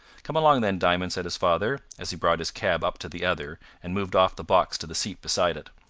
come along then, diamond, said his father, as he brought his cab up to the other, and moved off the box to the seat beside it.